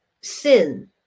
sin